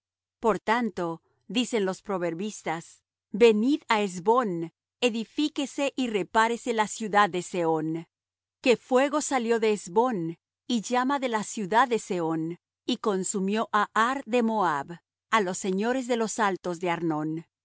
por tanto dicen los proverbistas venid á hesbón edifíquese y repárese la ciudad de sehón que fuego salió de hesbón y llama de la ciudad de sehón y consumió á ar de moab a los señores de los altos de arnón